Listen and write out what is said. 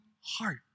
heart